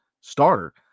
starter